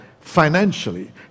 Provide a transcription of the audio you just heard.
financially